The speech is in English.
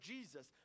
Jesus